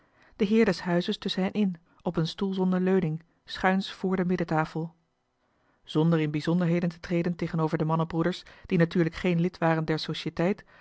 des huizes tusschen hen in op een stoel zonder leuning schuins vr de middentafel zonder in bijzonderheden te treden tegenover deze mannen broeders die natuurlijk geen lid waren